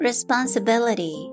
Responsibility